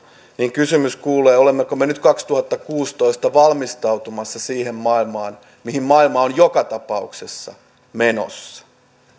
kysymys kuuluu olemmeko me nyt kaksituhattakuusitoista valmistautumassa siihen maailmaan mihin maailma on joka tapauksessa menossa